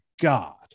God